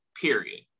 period